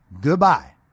Goodbye